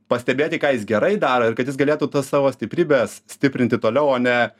pastebėti ką jis gerai daro ir kad jis galėtų tas savo stiprybes stiprinti toliau o ne